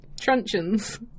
truncheons